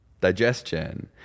digestion